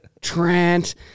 Trent